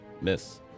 Miss